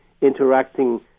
interacting